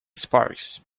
sparks